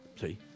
See